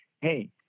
hey